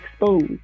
exposed